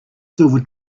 silver